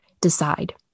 decide